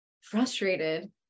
frustrated